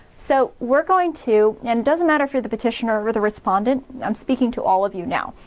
so we're going to and doesn't matter if you're the petitioner or the respondent i'm speaking to all of you now.